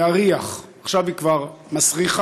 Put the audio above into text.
להריח, עכשיו היא כבר מסריחה.